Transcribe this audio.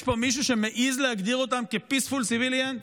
יש פה מישהו שמעז להגדיר אותם כ-peaceful civilians,